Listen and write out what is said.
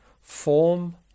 Form